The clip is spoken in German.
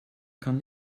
kann